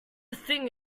thing